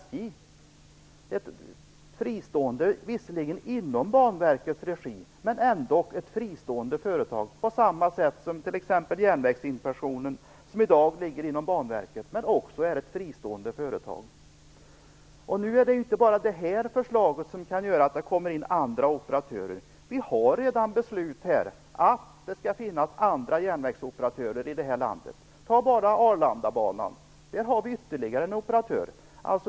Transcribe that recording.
Det är ett företag som visserligen ryms inom Banverkets regi men som ändock är fristående på samma sätt som t.ex. Järnvägsinspektionen. Järnvägsinspektionen ligger i dag inom Banverket men är också ett fristående företag. Det är nu inte bara det här förslaget som kan medföra att det kommer in andra operatörer. Vi har redan beslut om att det skall finnas andra järnvägsoperatörer i det här landet. Ta bara Arlandabanan som ett exempel, där har vi ytterligare en operatör.